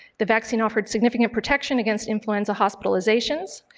the vaccine offered significant protection against influenza hospitalizations.